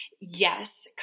yes